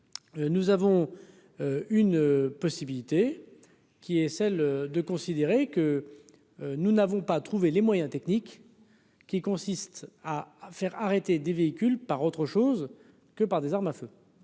Nous avons une possibilité qui est celle de considérer que nous n'avons pas trouvé les moyens techniques qui consiste à à faire arrêter des véhicules par autre chose que par des armes à feu